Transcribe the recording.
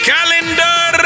Calendar